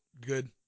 good